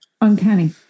uncanny